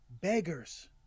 beggars